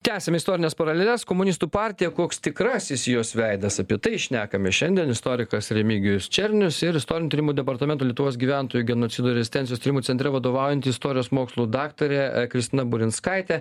tęsiam istorines paraleles komunistų partija koks tikrasis jos veidas apie tai šnekame šiandien istorikas remigijus černius ir istorinių tyrimų departamento lietuvos gyventojų genocido rezistencijos tyrimų centre vadovaujanti istorijos mokslų daktarė kristina burinskaitė